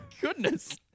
goodness